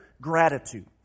gratitude